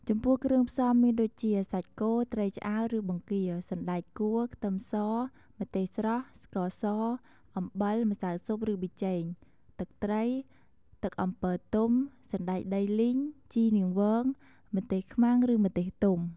ចំពោះគ្រឿងផ្សំមានដូចជាសាច់គោ ត្រីឆ្អើរ ឬបង្គា សណ្ដែកគួរ ខ្ទឹមស ម្ទេសស្រស់ ស្ករស អំបិល ម្សៅស៊ុបឬប៊ីចេង ទឹកត្រី ទឹកអំពិលទុំ សណ្ដែកដីលីង ជីនាងវង ម្ទេសខ្មាំងឬម្ទេសទុំ។